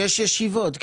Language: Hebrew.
יש ישיבות.